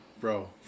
bro